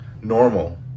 normal